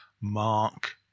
Mark